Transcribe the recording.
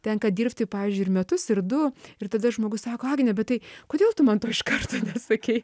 tenka dirbti pavyzdžiui ir metus ir du ir tada žmogus sako agnė bet tai kodėl tu man to iškart nesakei